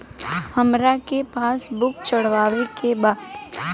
हमरा के पास बुक चढ़ावे के बा?